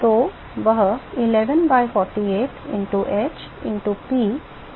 तो वह 11 by 48 into h into P divided by k है